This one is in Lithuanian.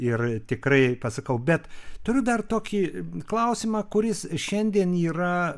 ir tikrai pasakau bet turiu dar tokį klausimą kuris šiandien yra